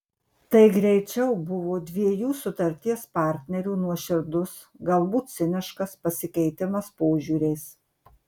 tai greičiau buvo dviejų sutarties partnerių nuoširdus galbūt ciniškas pasikeitimas požiūriais